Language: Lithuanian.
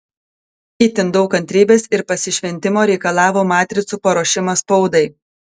itin daug kantrybės ir pasišventimo reikalavo matricų paruošimas spaudai